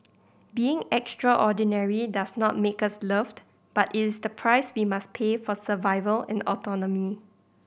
being extraordinary does not make us loved but it is the price we must pay for survival and autonomy